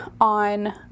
on